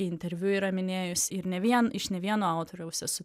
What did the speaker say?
interviu yra minėjus ir ne vien iš ne vieno autoriaus esu